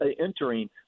entering